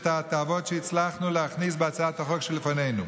את ההטבות שהצלחנו להכניס בהצעת החוק שלפנינו: